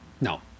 No